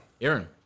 Aaron